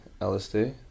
LSD